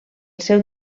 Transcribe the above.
seu